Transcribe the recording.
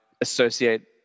associate